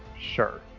sure